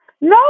no